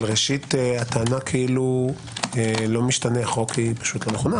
אבל הטענה כאילו לא משתנה החוק היא פשוט לא נכונה.